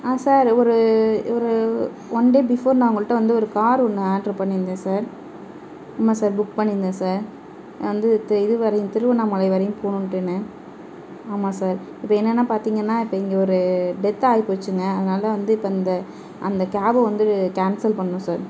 sir ஒரு ஒரு one day before நான் உங்கள்கிட்ட வந்து ஒரு கார் ஒன்று ஆடர் பண்ணியிருந்தேன் சார் ஆமாம் சார் புக் பண்ணியிருந்தேன் சார் வந்து இது வரையும் திருவண்ணாமலை வரையும் போகணுன்ட்டுன்னு ஆமாம் சார் இப்போ என்னென்னா பார்த்திங்கன்னா இப்போ இங்கே ஒரு டெத் ஆகிப்போச்சுங்க அதனால் வந்து இப்போ இந்த அந்த கேப்பை வந்து கேன்சல் பண்ணணும் சார்